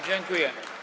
Dziękuję.